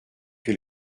que